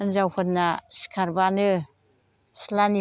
हिन्जावफोरना सिखारबानो सिलानि